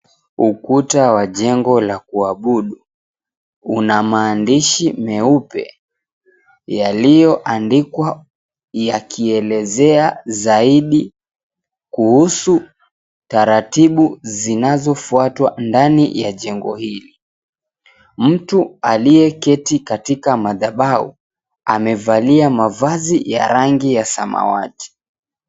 Ukuta wa jengo la kuabudu una maandishi meupe yaliyoandikwa yakielezea zaidi kuhusu taratibu zinazofuatwa ndani ya jengo hili. Mtu aliyeketi katika madhabahu amevalia mavazi ya rangi ya samawati.